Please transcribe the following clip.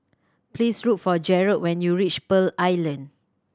please look for Jarrett when you reach Pearl Island